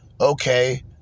Okay